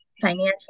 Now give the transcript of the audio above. financial